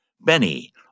Benny